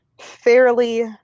fairly